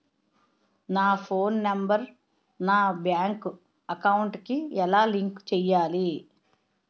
నా phone number నా bank account కి ఎలా లింక్ చేయాలి?